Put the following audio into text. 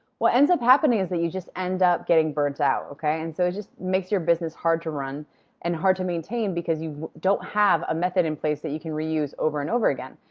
what ends up happening is that you just end up getting burnt out, okay? and so it just makes your business hard to run and hard to maintain because you don't have a method in place that you can reuse over and over again.